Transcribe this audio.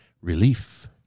Relief